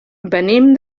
venim